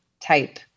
type